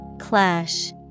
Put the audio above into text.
Clash